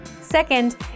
Second